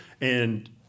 And-